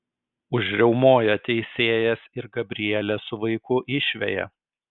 užriaumoja teisėjas ir gabrielę su vaiku išveja